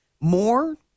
more